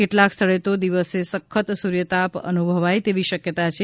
કેટલાંક સ્થળે તો દિવસે સખત સૂર્યતાપ અનુભવાય તેવી શક્યતા છે